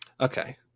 Okay